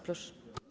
Proszę.